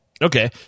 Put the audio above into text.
Okay